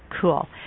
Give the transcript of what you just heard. Cool